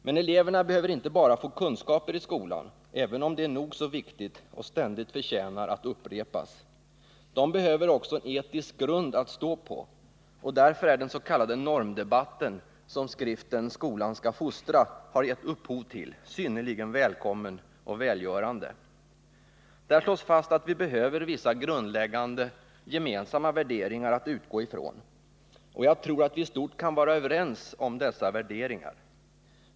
Men eleverna behöver inte bara få kunskaper i skolan, även om sådana — det förtjänar att ständigt upprepas — är nog så viktiga. De behöver också en etisk grund att stå på. Därför är den s.k. normdebatten, som den lilla skriften Skolan skall fostra har gett upphov till, synnerligen välkommen och välgörande. Där slås fast att vi behöver vissa grundläggande gemensamma värderingar att utgå från, och jag tror att vi i stort kan vara överens om dessa värderingar.